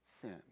sin